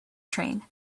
train